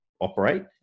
operate